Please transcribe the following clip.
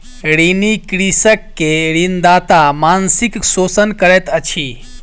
ऋणी कृषक के ऋणदाता मानसिक शोषण करैत अछि